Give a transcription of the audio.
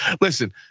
Listen